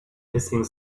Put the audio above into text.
hissing